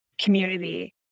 community